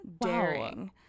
daring